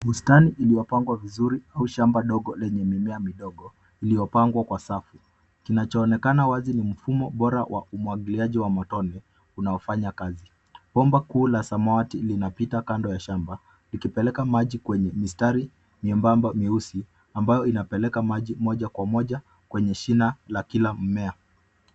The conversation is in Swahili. Bustani iliyopangwa vizuri au shamba dogo lenye mimea midogo iliyopangwa kwa safu kinachoonekana wazi ni mfumo bora wa umwagiliaji wa matone unaofanya kazi. Bomba kuu la samawati linapita kando ya shamba likipeleka maji kwenye mistari nyembamba nyeusi ambayo inapeleka maji moja kwa moja kwenye shina la kila mmea.